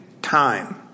Time